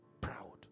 proud